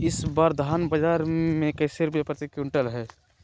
इस बार धान बाजार मे कैसे रुपए प्रति क्विंटल है?